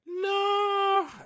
No